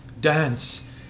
Dance